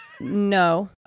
no